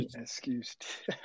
excused